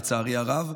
לצערי הרב,